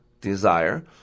desire